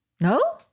No